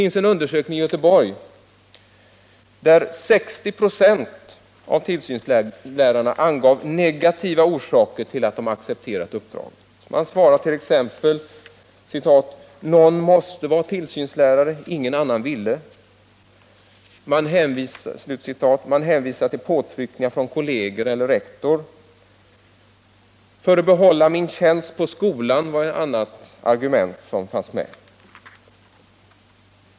I en undersökning i Göteborg angav 60 96 av tillsynslärarna negativa orsaker till att de hade accepterat uppdraget. Man svaradet.ex. : Någon måste vara tillsynslärare. Ingen annan ville. Man hänvisade till påtryckningar från kolleger eller rektor. För att behålla min tjänst på skolan, var ett annat argument som fanns med.